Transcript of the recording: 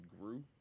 grew